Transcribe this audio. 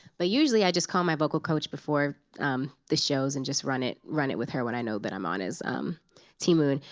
but usually, i just call my vocal coach before the shows and just run it run it with her when i know that but i'm on as ti moune.